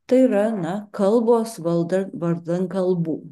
tai yra na kalbos valdan vardan kalbų